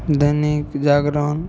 Dainik Jagran